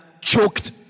choked